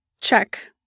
check